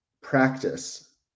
practice